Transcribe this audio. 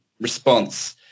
response